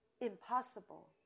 impossible